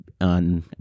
on